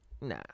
nah